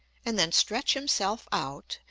and then stretch himself out,